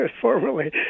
formerly